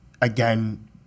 again